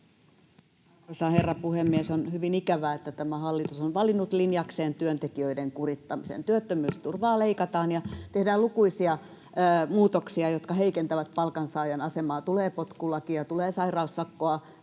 herra puhemies! On hyvin ikävää, että tämä hallitus on valinnut linjakseen työntekijöiden kurittamisen. Työttömyysturvaa leikataan ja tehdään lukuisia muutoksia, jotka heikentävät palkansaajan asemaa, tulee potkulakia, tulee sairaussakkoa,